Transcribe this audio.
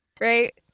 right